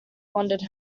wondered